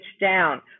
down